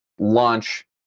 launch